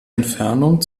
entfernung